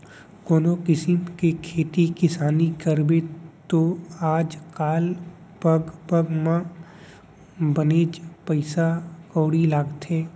कोनों किसिम के खेती किसानी करबे तौ आज काल पग पग म बनेच पइसा कउड़ी लागथे